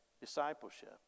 discipleship